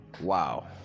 Wow